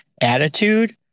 attitude